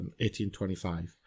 1825